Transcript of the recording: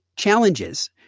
challenges